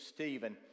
Stephen